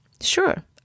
sure